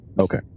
Okay